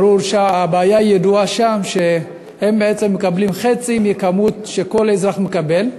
הבעיה הידועה שם היא שהם מקבלים חצי מהכמות שכל אזרח מקבל.